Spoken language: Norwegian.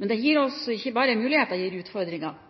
Men det gir oss ikke bare muligheter, det gir utfordringer.